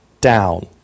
down